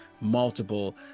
multiple